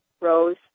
Rose